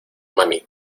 mami